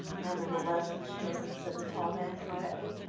nevertheless, m'sieur, said the tall man quietly,